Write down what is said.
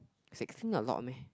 sixteen a lot meh